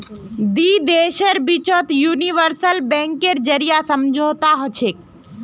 दी देशेर बिचत यूनिवर्सल बैंकेर जरीए समझौता हछेक